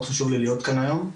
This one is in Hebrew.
מאוד חשוב לי להיות כאן היום.